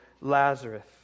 Lazarus